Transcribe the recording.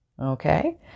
okay